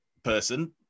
Person